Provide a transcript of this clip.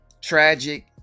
tragic